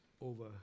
over